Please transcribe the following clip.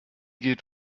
geht